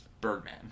Birdman